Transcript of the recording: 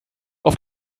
auf